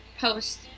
post